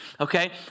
Okay